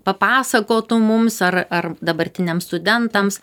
papasakotų mums ar ar dabartiniams studentams